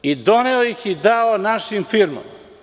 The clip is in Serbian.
Doneo ih i dao našim firmama.